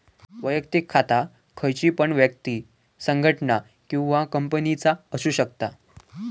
वैयक्तिक खाता खयची पण व्यक्ति, संगठना किंवा कंपनीचा असु शकता